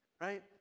right